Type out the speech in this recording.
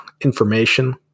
information